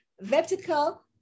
vertical